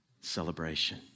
celebration